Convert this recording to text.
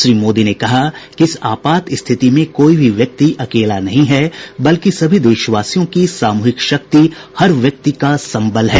श्री मोदी ने कहा कि इस आपात स्थिति में कोई भी व्यक्ति अकेला नहीं है बल्कि सभी देशवासियों की सामूहिक शक्ति हर व्यक्ति का संबल है